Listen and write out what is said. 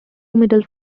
middle